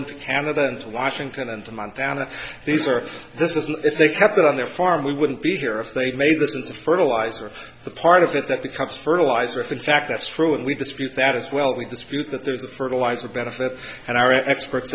into canada into washington and in montana these are this is if they kept it on their farm we wouldn't be here if they'd made this into fertilizer the part of it that becomes fertilizer if in fact that's true and we dispute that as well we dispute that there's a fertilizer benefit and our experts